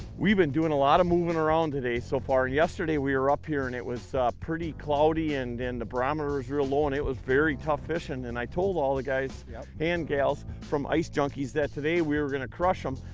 we've been doing a lot of moving around today so far. yesterday we were up here and it was pretty cloudy and and the barometer was real low and it was very tough fishing. i told all the guys yeah and gals from ice junkies that today we were gonna crush em.